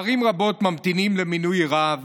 ערים רבות ממתינות למינוי רב,